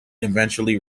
eventually